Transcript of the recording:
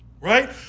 right